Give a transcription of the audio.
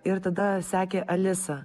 ir tada sekė alisa